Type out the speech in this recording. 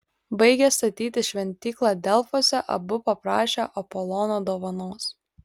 baigę statyti šventyklą delfuose abu paprašė apolono dovanos